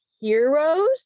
heroes